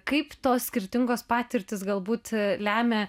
kaip tos skirtingos patirtys galbūt lemia